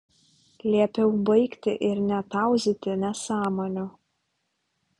liepiau baigti ir netauzyti nesąmonių